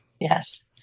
yes